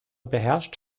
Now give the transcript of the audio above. beherrscht